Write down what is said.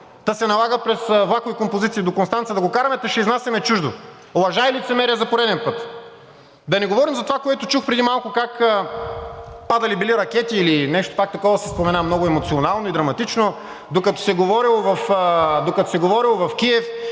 та се налага през влакови композиции до Констанца да го караме, та ще изнасяме чуждо. Лъжа и лицемерие за пореден път. Да не говорим за това, което чух преди малко – как падали били ракети, или нещо пак такова се спомена много емоционално и драматично, докато се говорело в Киев